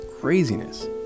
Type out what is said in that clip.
craziness